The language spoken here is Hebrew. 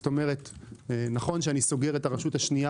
זאת אומרת נכון שאני סוגר את הרשות השנייה